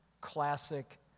classic